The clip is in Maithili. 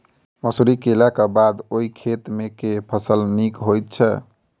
मसूरी केलाक बाद ओई खेत मे केँ फसल नीक होइत छै?